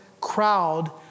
crowd